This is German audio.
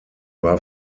war